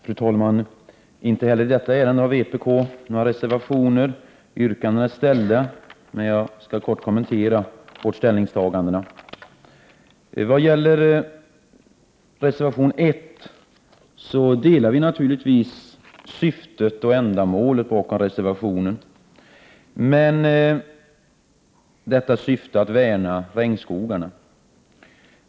Fru talman! Vpk har inte heller i detta ärende avgivit några reservationer, men jag skall kort kommentera de yrkanden som är ställda och vpk:s ställningstaganden. När det gäller reservation 1 anser vi i vpk naturligtvis att syftet bakom reservationen är riktigt, dvs. att värna regnskogarna.